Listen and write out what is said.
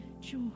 joy